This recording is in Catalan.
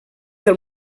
del